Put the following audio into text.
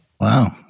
wow